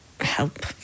help